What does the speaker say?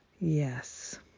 Yes